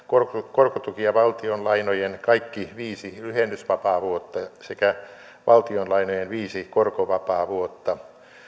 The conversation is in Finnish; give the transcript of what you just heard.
korkotukia valtionlainojen kaikki viisi lyhennysvapaavuotta sekä valtionlainojen viisi korkovapaavuotta